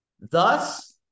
Thus